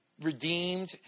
redeemed